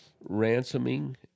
ransoming